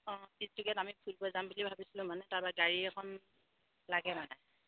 আমি ফুৰিব যাম বুলি ভাবিছিলোঁ মানে তাৰপা গাড়ী এখন লাগে মানে